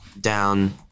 down